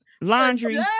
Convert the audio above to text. Laundry